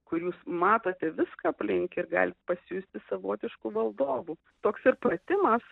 kur jūs matote viską aplink ir galite pasijusti savotišku valdovu toks ir pratimas